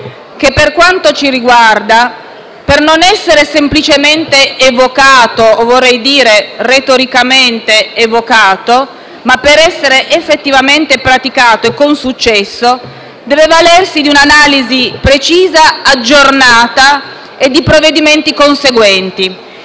che, per quanto ci riguarda, per non essere semplicemente evocato - vorrei dire retoricamente evocato - ma per essere effettivamente praticato, e con successo, deve avvalersi di un'analisi precisa e aggiornata e di provvedimenti conseguenti.